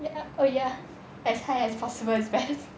ya oh ya as high as possible is nice